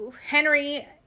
Henry